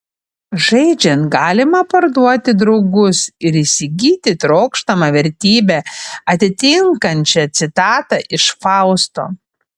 žaidžiant galima parduoti draugus ir įsigyti trokštamą vertybę atitinkančią citatą iš fausto